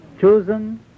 chosen